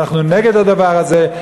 ואנחנו נגד הדבר הזה,